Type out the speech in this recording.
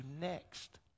next